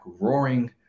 roaring